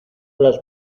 las